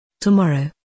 Tomorrow